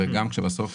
הרי בסוף,